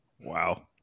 Wow